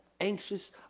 anxious